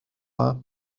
dda